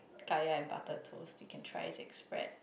kaya and butter toast you can try as bread